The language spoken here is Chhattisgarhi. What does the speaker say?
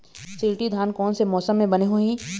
शिल्टी धान कोन से मौसम मे बने होही?